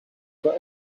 for